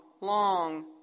long